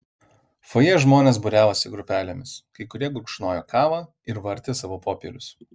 fojė žmonės būriavosi grupelėmis kai kurie gurkšnojo kavą ir vartė savo popierius